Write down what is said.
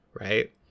right